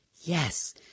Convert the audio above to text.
Yes